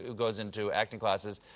goes into acting classes,